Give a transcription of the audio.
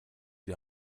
die